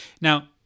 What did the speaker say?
Now